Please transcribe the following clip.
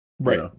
Right